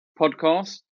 podcast